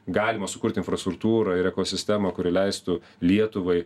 galima sukurti infrastruktūrą ir ekosistemą kuri leistų lietuvai